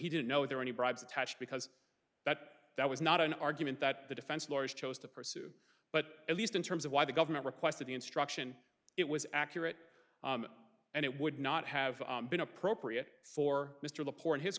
he didn't know if there are any bribes attached because that that was not an argument that the defense lawyers chose to pursue but at least in terms of why the government requested the instruction it was accurate and it would not have been appropriate for mr the poor in his